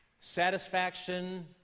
satisfaction